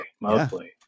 mostly